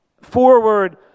forward